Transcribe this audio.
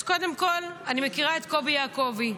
אז קודם כול, אני מכירה את קובי יעקובי,